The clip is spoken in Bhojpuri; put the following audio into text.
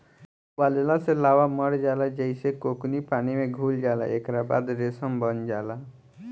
उबालला से लार्वा मर जाला जेइसे कोकून पानी में घुल जाला एकरा बाद रेशम बन जाला